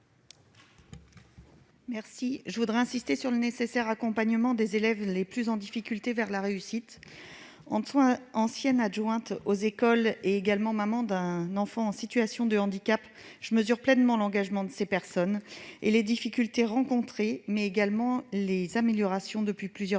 de vote. J'insiste sur le nécessaire accompagnement des élèves les plus en difficulté vers la réussite. En tant qu'ancienne adjointe aux écoles et maman d'un enfant en situation de handicap, je mesure pleinement l'engagement de ces personnels et les difficultés qu'ils rencontrent, mais également les améliorations dont ils bénéficient